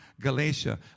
galatia